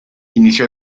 inició